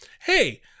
hey